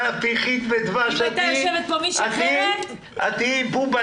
את תהיי צפיחית בדבש, את תהיי בובלה.